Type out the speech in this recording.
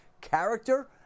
character